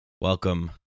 Welcome